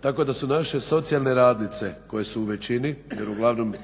Tako da su naše socijalne radnice koje su u većini, jer uglavnom